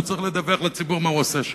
הוא צריך לדווח לציבור מה הוא עושה שם.